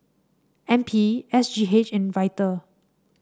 N P S G H and Vital